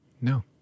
No